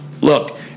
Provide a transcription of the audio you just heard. look